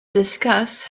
discuss